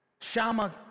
Shama